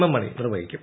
M Mani നിർവ്വഹിക്കും